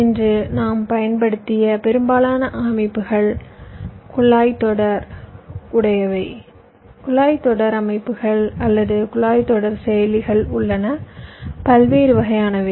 இன்று நாம் பயன்படுத்திய பெரும்பாலான அமைப்புகள் குழாய்த் தொடர் உடையவை குழாய்த் தொடர் அமைப்புகள் அல்லது குழாய்த் தொடர் செயலிகள் உள்ளன பல்வேறு வகையானவை